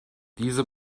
diese